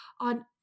on